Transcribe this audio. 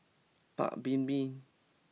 Paik's Bibim